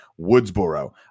Woodsboro